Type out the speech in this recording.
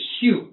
huge